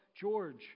George